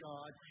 God